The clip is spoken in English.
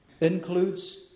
Includes